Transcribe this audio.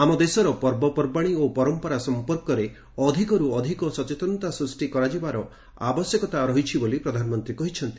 ଆମ ଦେଶର ପର୍ବପର୍ବାଣୀ ଓ ପରମ୍ପରା ସଂପର୍କରେ ଅଧିକରୁ ଅଧିକ ସଚେତନତା ସ୍ଟୃଷ୍ଟି କରାଯିବା ଆବଶ୍ୟକ ବୋଲି ପ୍ରଧାନମନ୍ତ୍ରୀ କହିଛନ୍ତି